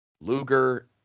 Luger